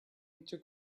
into